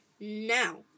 Now